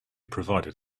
provided